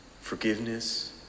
forgiveness